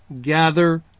gather